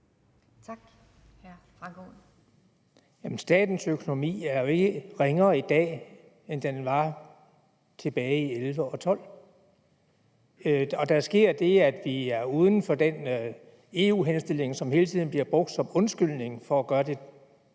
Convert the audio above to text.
statens økonomi er jo ikke ringere i dag, end den var tilbage i 2011 og 2012. Der sker det, at vi er uden for den EU-henstilling, som hele tiden bliver brugt som undskyldning for at gøre det